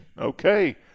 Okay